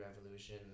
Revolution